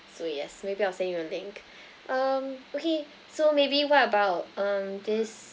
so yes maybe I'll send you a link um okay so maybe what about um this